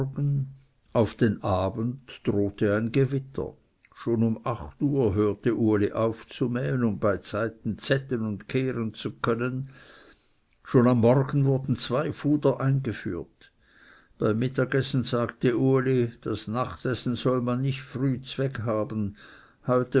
auf den abend drohte ein gewitter schon um acht hörte uli auf zu mähen um beizeiten zetten und kehren zu können schon am morgen wurden zwei fuder eingeführt beim mittagessen sagte uli das nachtessen soll man nicht früh zweg haben heute